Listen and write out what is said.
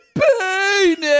pain